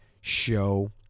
show